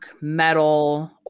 metal